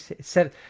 seven